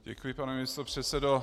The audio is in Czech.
Děkuji, pane místopředsedo.